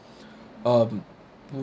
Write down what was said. um